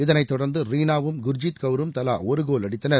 இதனைத்தொடர்ந்து ரீனாவும் குர்ஜீத் கவுரும் தலா ஒரு கோல் அடித்தனர்